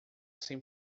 sem